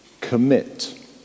commit